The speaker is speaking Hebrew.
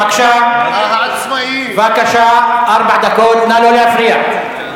בבקשה, ארבע דקות, נא לא להפריע.